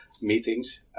meetings